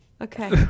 Okay